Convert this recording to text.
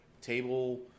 table